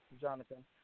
Jonathan